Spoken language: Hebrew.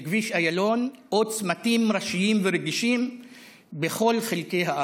כביש איילון או צמתים ראשיים ורגישים בכל חלקי הארץ.